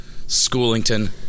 Schoolington